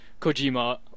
Kojima